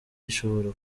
ishobora